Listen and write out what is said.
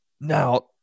now